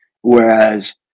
Whereas